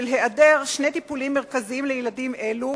של היעדר שני טיפולים מרכזיים לילדים אלו,